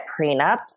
prenups